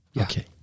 Okay